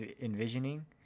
envisioning